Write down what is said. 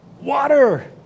Water